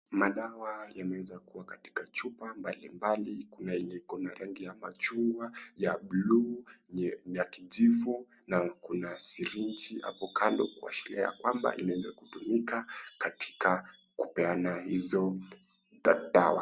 Madawa yameweza kuwa katika chupa mbalimbali. Kuna yenye iko kwa rangi ya machungwa, ya buluu, ya kijivu na kuna sirinji hapo kando, kuashiria ya kwamba, inaweza kutumika katika kupeana hizo dawa.